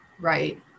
right